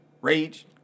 Rage